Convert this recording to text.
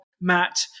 Matt